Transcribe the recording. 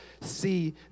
see